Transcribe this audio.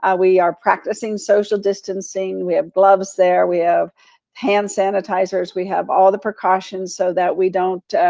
ah we are practicing social distancing, we have gloves there. we ah have hand sanitizers, we have all the precautions so that we don't.